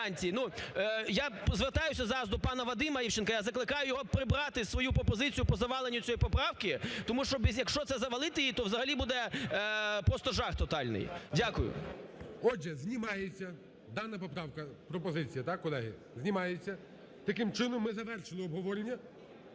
я звертаюся зараз до пана Вадима Івченка, я закликаю його прибрати свою пропозицію по заваленню цієї поправки, тому що якщо завалити її, то взагалі буде просто жах тотальний. Дякую. ГОЛОВУЮЧИЙ. Отже, знімається дана поправка, пропозиція, так, колеги? Знімається. Таким чином, ми завершили обговорення.